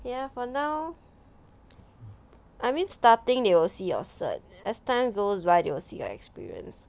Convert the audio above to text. ya for now I mean starting they will see your cert as time goes by they will see your experience